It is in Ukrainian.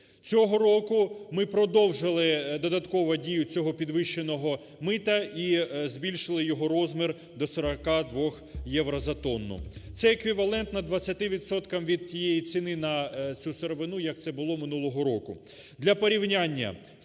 Цього року ми продовжили додаткову дію цього підвищеного мита, і збільшили його розмір до 42 євро за тону. Це еквівалентно 20 відсоткам від тієї ціни на цю сировину, як це було минулого року.